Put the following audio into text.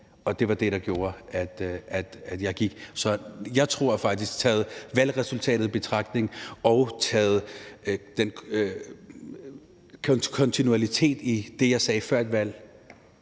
Og det var det, der gjorde, at jeg gik. Så jeg tror da faktisk og håber også på, valgresultatet og kontinuiteten i det, jeg sagde før et valg,